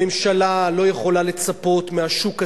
הממשלה לא יכולה לצפות מהשוק הזה,